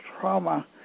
trauma